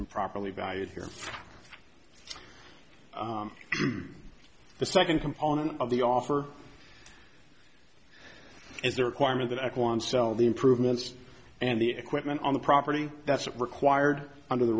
improperly valued here the second component of the offer is there acquirement that at one sell the improvements and the equipment on the property that's required under the